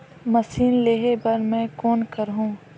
Machine लेहे बर मै कौन करहूं?